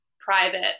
private